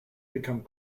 become